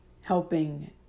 helping